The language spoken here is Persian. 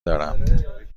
دارم